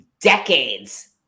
decades